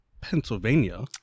Pennsylvania